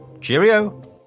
cheerio